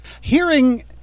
hearing